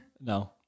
No